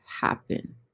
happen